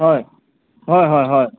হয় হয় হয় হয়